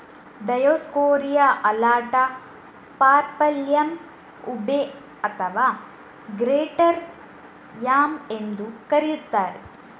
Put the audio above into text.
Dioscorea alata, purple yam, ube ಅಥವಾ greater yam ಎಂದೂ ಕರೆಯುತ್ತಾರೆ